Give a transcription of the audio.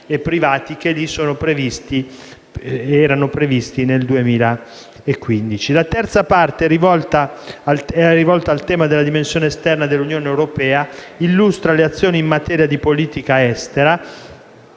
La terza parte, rivolta al tema della dimensione esterna dell'Unione europea, illustra le azioni in materia di politica estera